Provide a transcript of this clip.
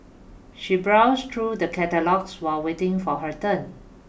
she browsed through the catalogues while waiting for her turn